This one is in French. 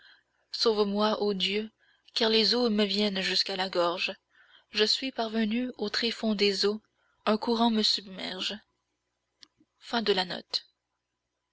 ô dieu car les eaux me viennent jusqu'à la gorge je suis parvenu au tréfonds des eaux un courant me submerge